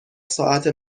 ساعت